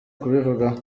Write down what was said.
kubivugaho